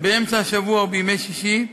באמצע השבוע ובימי שישי,